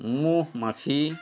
মহ মাখি